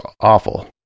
awful